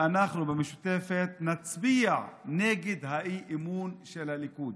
ואנחנו במשותפת נצביע נגד האי-אמון של הליכוד